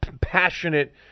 passionate